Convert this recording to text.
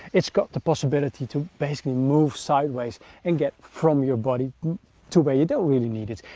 its got the possibility to basically move sideways and get from your body to where you don't really need it.